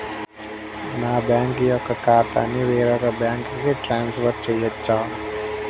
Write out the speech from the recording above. నా బ్యాంక్ ఖాతాని వేరొక బ్యాంక్కి ట్రాన్స్ఫర్ చేయొచ్చా?